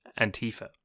Antifa